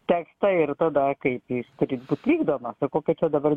tekstą ir tada kaip jis turi būt vykdomas kokia čia dabar